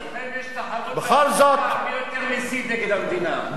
אצלכם יש תחרות מי יותר מסית נגד המדינה.